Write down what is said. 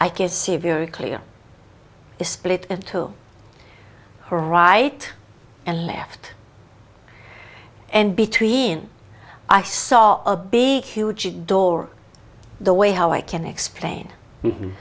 could see very clear is split into her right and left and between i saw a big huge door the way how i can explain